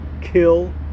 kill